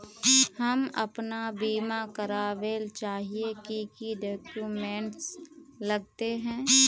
हम अपन बीमा करावेल चाहिए की की डक्यूमेंट्स लगते है?